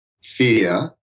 fear